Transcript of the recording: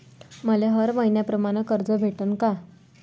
मले हर मईन्याप्रमाणं कर्ज भेटन का?